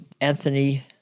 Anthony